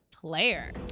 player